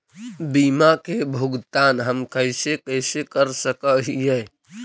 बीमा के भुगतान हम कैसे कैसे कर सक हिय?